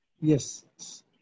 Yes